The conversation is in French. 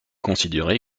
considéré